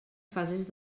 fases